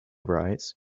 rise